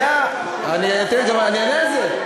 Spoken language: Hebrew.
שנייה, אני אענה על זה.